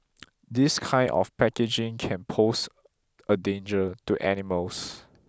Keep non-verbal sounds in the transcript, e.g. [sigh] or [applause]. [noise] this kind of packaging can pose a danger to animals